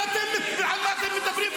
ואתם, על מה אתם מדברים?